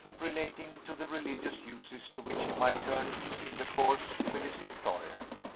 relating to the religious uses to which he might turn his intercourse with his employer.